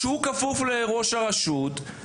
שכפוף לראש הרשות,